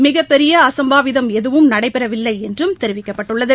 மிகப்பெரியஅசம்பாவிதம் எதுவும் நடைபெறவில்லைஎன்றும் தெரிவிக்கப்பட்டுள்ளது